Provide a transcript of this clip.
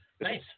Nice